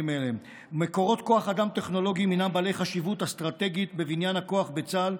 מקורות כוח אדם טכנולוגיים הם בעלי חשיבות אסטרטגית בבניין הכוח בצה"ל.